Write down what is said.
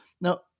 Now